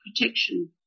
Protection